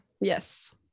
Yes